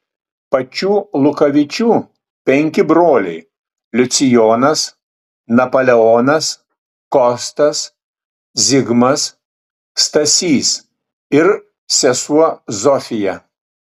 pačių lukavičių penki broliai liucijonas napoleonas kostas zigmas stasys ir sesuo zofija